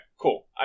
cool